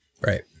right